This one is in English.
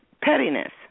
pettiness